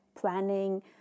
planning